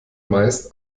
meist